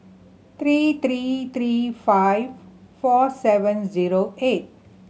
three three three five four seven zero eight